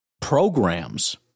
programs